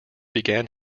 began